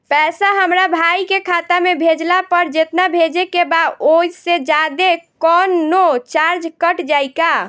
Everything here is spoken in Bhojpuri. पैसा हमरा भाई के खाता मे भेजला पर जेतना भेजे के बा औसे जादे कौनोचार्ज कट जाई का?